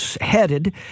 headed